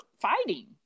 fighting